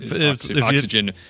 Oxygen